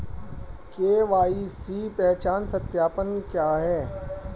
KYC पहचान सत्यापन क्या है?